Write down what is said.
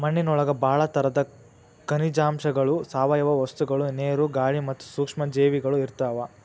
ಮಣ್ಣಿನೊಳಗ ಬಾಳ ತರದ ಖನಿಜಾಂಶಗಳು, ಸಾವಯವ ವಸ್ತುಗಳು, ನೇರು, ಗಾಳಿ ಮತ್ತ ಸೂಕ್ಷ್ಮ ಜೇವಿಗಳು ಇರ್ತಾವ